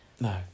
No